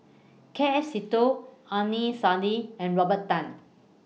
K F Seetoh Saidi and Robert Tan